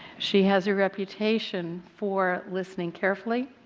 she has a reputation for listening carefully.